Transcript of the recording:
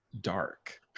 dark